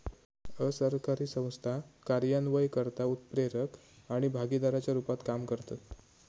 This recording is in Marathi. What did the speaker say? असरकारी संस्था कार्यान्वयनकर्ता, उत्प्रेरक आणि भागीदाराच्या रुपात काम करतत